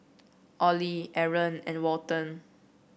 Ollie Aron and Walton